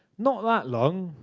not that long.